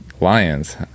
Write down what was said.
Lions